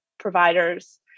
providers